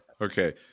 okay